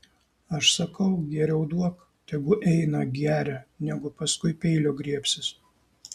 aš sakau geriau duok tegu eina geria negu paskui peilio griebsis